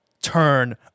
turn